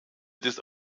des